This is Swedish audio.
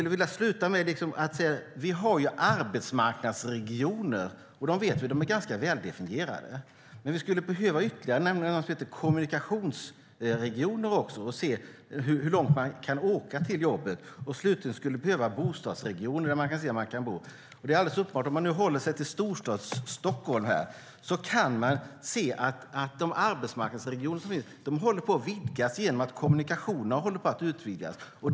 Vi har arbetsmarknadsregioner som är ganska väldefinierade. Men vi skulle även behöva något som heter kommunikationsregioner, så att man kan se hur långa resor människor kan ha till jobbet. Slutligen skulle vi behöva bostadsregioner, så att man kan se var människor kan bo. Om man nu håller sig till Stockholm kan man se att de arbetsmarknadsregioner som finns håller på att ändras genom att kommunikationerna håller på att utvidgas.